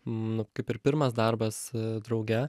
nu kaip ir pirmas darbas drauge